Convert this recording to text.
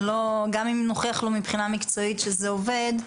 גם אם נוכיח לו מבחינה מקצועית שזה עובד,